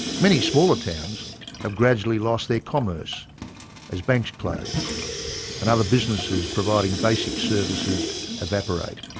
many smaller towns have gradually lost their commerce as banks close and other businesses providing basic services evaporate.